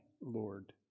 Lord